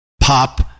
pop